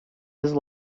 his